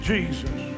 Jesus